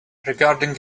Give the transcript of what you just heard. regarding